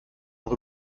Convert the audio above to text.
auch